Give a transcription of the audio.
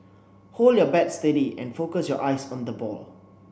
hold your bat steady and focus your eyes on the ball